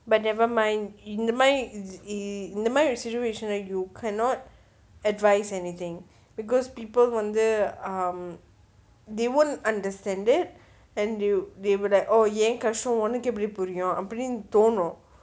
but never mind இந்த மாதிரி:intha mathiri situation leh you cannot advise anything because people வந்து:vanthu um they won't understand it and you they would oo என் கஷ்டம் உனக்கு எப்டி புரியும் அப்டின்னு தோனும்:en kashttam unakku epdi puriyum apdinnu thoonum